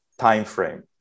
timeframe